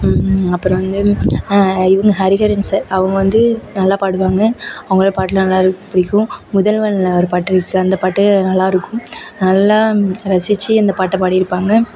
அப்புறம் வந்து இவங்க ஹரிஹரன் சார் அவங்க வந்து நல்லா பாடுவாங்க அவங்களோட பாட்டுல்லாம் நல்லாருக்கு பிடிக்கும் முதல்வனில் ஒரு பாட்டு இருக்கு அந்த பாட்டு நல்லா இருக்கும் நல்லா ரசிச்சு அந்த பாட்டை பாடி இருப்பாங்க